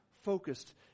focused